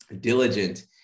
diligent